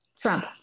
trump